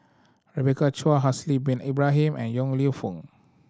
Rebecca Chua Haslir Bin Ibrahim and Yong Lew Foong